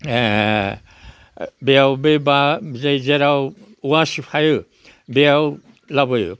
बेयाव बै बा जै जेराव औवा सिफायो बेयाव लाबोयो